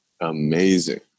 amazing